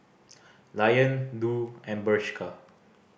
Lion Doux and Bershka